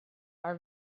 are